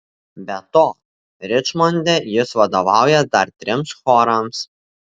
be to ričmonde jis vadovauja dar trims chorams